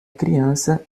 criança